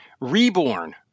Reborn